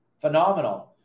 Phenomenal